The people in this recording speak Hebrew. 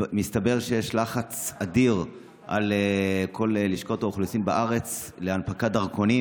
מסתבר שיש לחץ אדיר על כל לשכות האוכלוסין בארץ להנפקת דרכונים.